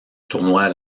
tournoi